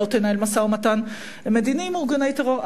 לא תנהל משא-ומתן מדיני עם ארגוני טרור.